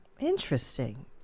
interesting